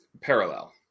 parallel